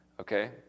okay